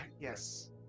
Yes